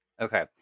Okay